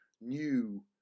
new